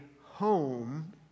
home